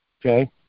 okay